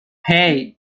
hey